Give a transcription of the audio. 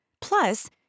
Plus